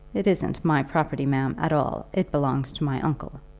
it isn't my property, ma'am, at all. it belongs to my uncle.